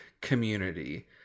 community